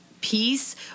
peace